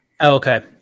Okay